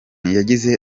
yagize